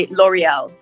L'Oreal